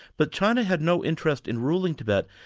but china had no interest in ruling tibet.